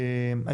כאמור,